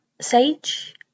sage